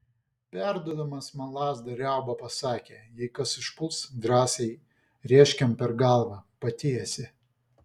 perduodamas man lazdą riauba pasakė jei kas užpuls drąsiai rėžk jam per galvą patiesi